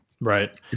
Right